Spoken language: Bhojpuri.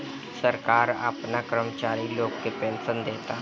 सरकार आपना कर्मचारी लोग के पेनसन देता